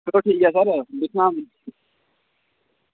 चलो ठीक ऐ सर दिक्खना